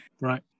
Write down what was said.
right